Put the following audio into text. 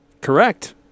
Correct